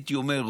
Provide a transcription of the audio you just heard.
הייתי אומר,